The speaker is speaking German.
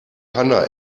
hanna